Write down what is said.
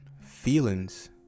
Feelings